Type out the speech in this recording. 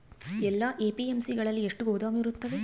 ಎಲ್ಲಾ ಎ.ಪಿ.ಎಮ್.ಸಿ ಗಳಲ್ಲಿ ಎಷ್ಟು ಗೋದಾಮು ಇರುತ್ತವೆ?